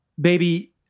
baby